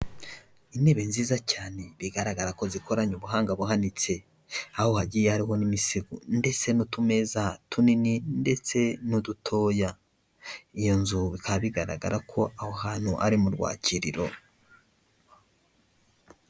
Intebe nziza cyane bigaragara ko zikoranye ubuhanga buhanitse, aho hagiye hariho n'imisebo ndetse n'utumeza tunini ndetse n'udutoya, iyo nzu bikaba bigaragara ko aho hantu ari mu rwakiririro.